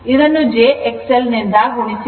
ಇದನ್ನು j XL ನಿಂದ ಗುಣಿಸಿದ್ದೇವೆ